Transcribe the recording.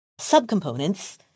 subcomponents